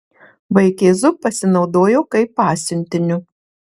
vaikėzu pasinaudojo kaip pasiuntiniu